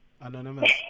Anonymous